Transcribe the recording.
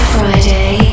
Friday